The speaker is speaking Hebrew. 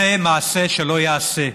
זה מעשה שלא ייעשה.